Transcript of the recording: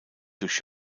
durch